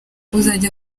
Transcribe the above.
uzajya